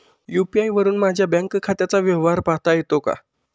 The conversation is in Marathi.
यू.पी.आय वरुन माझ्या बँक खात्याचा व्यवहार पाहता येतो का?